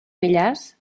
millars